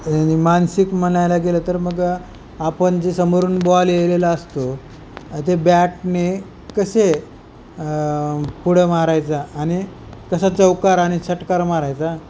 आणि मानसिक म्हणायला गेलं तर मग आपण जे समोरून बॉल यायलेला असतो ते बॅटने कसे पुढं मारायचा आणि कसा चौकार आणि षटकार मारायचा